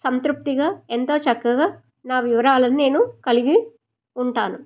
సంతృప్తిగా ఎంతో చక్కగా నా వివరాలను నేను కలిగి ఉంటాను